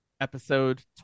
Episode